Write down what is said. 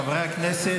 חברי הכנסת,